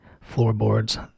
floorboards